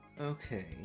Okay